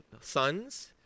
sons